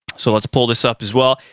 so let's pull this up as well.